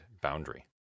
boundary